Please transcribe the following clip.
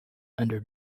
under